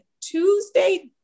tuesday